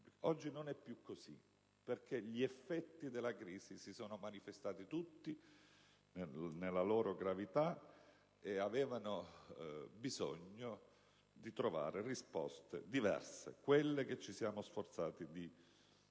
Oggi non è più così, perché gli effetti della crisi si sono manifestati in tutta la loro gravità ed avevano bisogno di trovare risposte diverse: quelle che ci siamo sforzati di proporre